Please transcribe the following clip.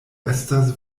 estas